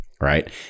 right